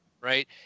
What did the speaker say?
Right